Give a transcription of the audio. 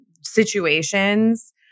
situations